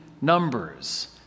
numbers